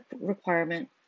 requirement